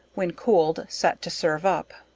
when cooled, set to serve up.